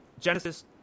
Genesis